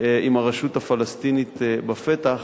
עם הרשות הפלסטינית בפתח,